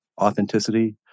Authenticity